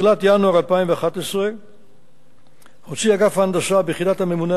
בתחילת ינואר 2011 הוציא אגף ההנדסה ביחידת הממונה